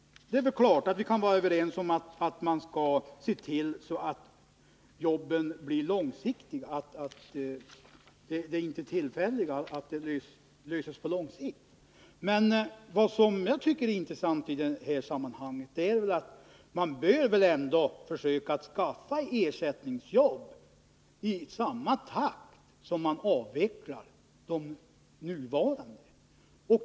Det är klart att vi kan vara överens om att man måste se till att skapa jobb på lång sikt, inte tillfälliga sådana. Men vad som är viktigt i detta sammanhang är att man bör försöka skaffa ersättningsjobb i samma takt som man avvecklar de nuvarande.